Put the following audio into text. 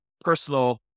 personal